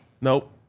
Nope